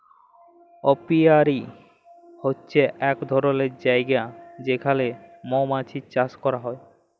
apiary হছে ইক ধরলের জায়গা যেখালে মমাছি চাষ ক্যরা হ্যয়